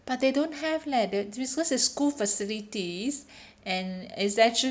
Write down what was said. but they don't have leh the because it's school facilities and it's actually